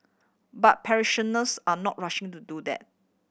but parishioners are not rushing to do that